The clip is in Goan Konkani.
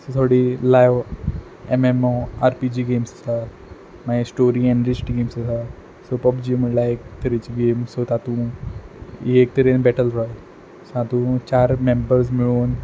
सोडी लाव एमएमओ आरपीजी गेम्स आसात मागीर स्टोरी इंग्लीश टिम्स आसात सो पबजी म्हूण लायव एक तरेची गेम सो तातून ही एक तरेन बॅटल ग्रावंड सा तूं चार मेंबर्स मेळून